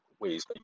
ways